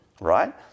right